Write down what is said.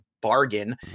bargain